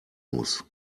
muss